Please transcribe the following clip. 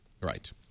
Right